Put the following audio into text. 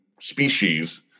species